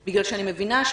אכן יש לאבחן.